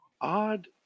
odd